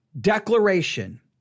Declaration